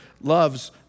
loves